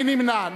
מי נמנע?